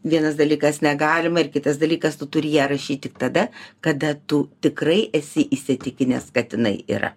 vienas dalykas negalima ir kitas dalykas tu turi ją rašyt tik tada kada tu tikrai esi įsitikinęs kad jinai yra